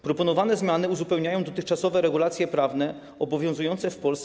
Proponowane zmiany uzupełniają dotychczasowe regulacje prawne obowiązujące w Polsce.